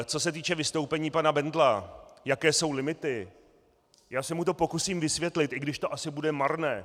Co se týče vystoupení pana Bendla, jaké jsou limity, já se mu to pokusím vysvětlit, i když to asi bude marné.